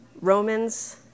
Romans